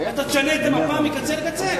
אתה תשנה את המפה מקצה לקצה.